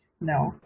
no